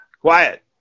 quiet